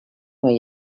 way